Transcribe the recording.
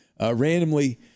randomly